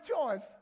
choice